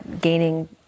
gaining